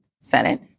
Senate